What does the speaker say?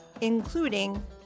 including